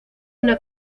una